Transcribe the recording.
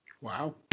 Wow